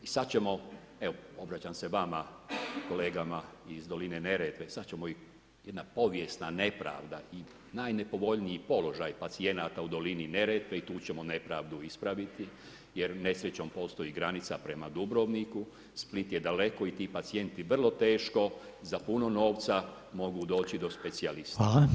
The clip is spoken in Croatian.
I sada ćemo, evo obraćam se vama kolegama iz doline Neretve, sada ćemo i, jedna povijesna nepravda i najnepovoljniji položaj pacijenata u dolini Neretve i tu ćemo nepravdu ispraviti jer nesrećom postoji granica prema Dubrovniku, Split je daleko i ti pacijenti vrlo teško za puno novca mogu doći do specijaliste.